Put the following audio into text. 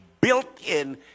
built-in